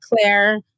Claire